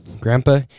Grandpa